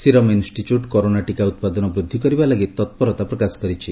Serum Institute corona ଟିକା ଉତ୍ପାଦନ ବୃଦ୍ଧି କରିବା ଲାଗି ତତ୍ପରତା ପ୍ରକାଶ କରିଛି